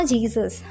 Jesus